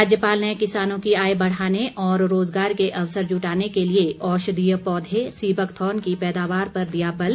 राज्यपाल ने किसानों की आय बढ़ाने और रोजगार के अवसर जुटाने के लिए औषधीय पौधे सीबकथार्न की पैदावार पर दिया बल